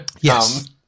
Yes